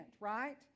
right